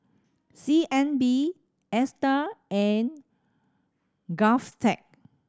C N B Astar and GovTech